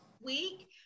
week